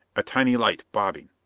a tiny light bobbing!